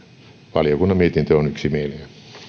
valiokunnan mietintö on yksimielinen